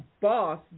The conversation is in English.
boss